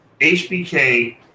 HBK